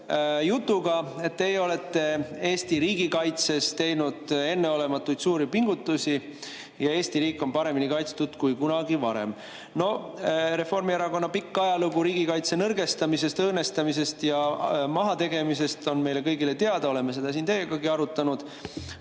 jutuga, et teie olete Eesti riigi kaitseks teinud enneolematult suuri pingutusi ja Eesti riik on paremini kaitstud kui kunagi varem. No Reformierakonna pikk ajalugu riigikaitse nõrgestamisel, õõnestamisel ja mahategemisel on meile kõigile teada, oleme seda teiegagi arutanud.